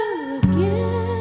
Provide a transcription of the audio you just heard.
again